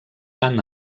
tant